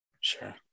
Sure